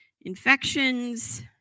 infections